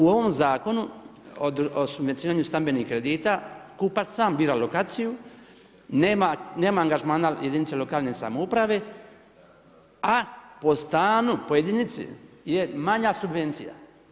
U ovom Zakonu o subvencioniranju stambenih kredita kupac sam bira lokaciju, nema angažmana jedinica lokalne samouprave, a po stanu, po jedinici je manja subvencija.